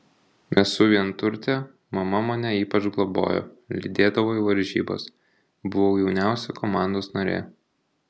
esu vienturtė mama mane ypač globojo lydėdavo į varžybas buvau jauniausia komandos narė